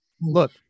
look